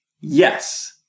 Yes